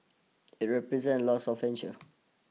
it represent a loss of revenue